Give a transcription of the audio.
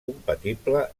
compatible